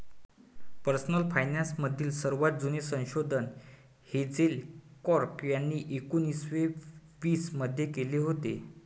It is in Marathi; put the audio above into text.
पर्सनल फायनान्स मधील सर्वात जुने संशोधन हेझेल कर्क यांनी एकोन्निस्से वीस मध्ये केले होते